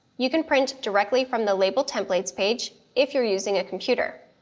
you can print directly from the label templates page if you're using a computer,